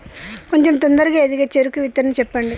కొంచం తొందరగా ఎదిగే చెరుకు విత్తనం చెప్పండి?